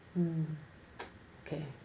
mm okay